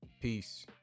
Peace